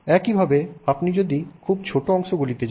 একইভাবে আপনি যদি খুব ছোট অংশগুলিতে যান